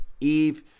Eve